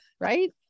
Right